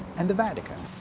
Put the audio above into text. and the vatican.